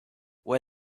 wear